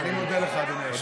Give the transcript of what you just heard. אני מודה לך, אדוני היושב-ראש.